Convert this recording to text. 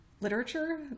literature